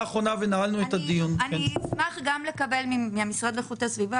אני אשמח לשמוע מהמשרד לאיכות הסביבה